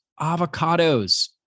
avocados